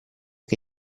che